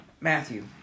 Matthew